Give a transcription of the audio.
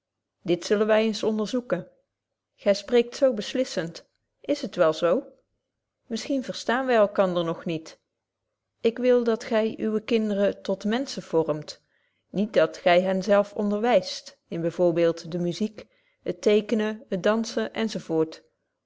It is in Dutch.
dit zullen wy eens onderzoeken gy spreekt zo beslissend is het wel zo misschien verstaan wy elkander nog niet ik wil dat gy uwe kinderen tot menschen vormt niet dat gy hen zelf onderwyst in by voorbeeld de muziek het tekenen het danssen